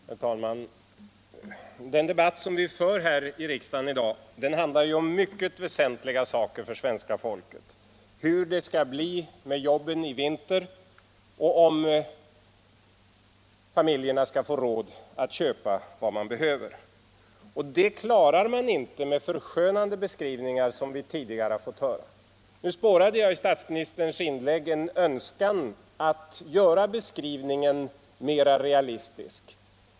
Herr talman! Den debatt som vi för här i riksdagen i dag handlar om mycket väsentliga saker för svenska folket: hur det skall bli med jobben i vinter och om familjerna skall få råd att köpa vad de behöver. Det klarar man inte med förskönande beskrivningar, som vi tidigare har fått höra. Nu spårade jag i statsministerns inlägg en önskan att göra beskrivningen mer realistisk.